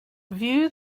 view